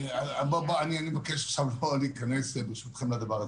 אני מבקש לא להיכנס עכשיו ברשותכם לדבר הזה.